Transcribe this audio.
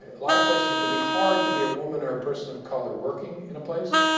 a lot of places, it can be hard to be a woman or a person of color working in a place.